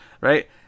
right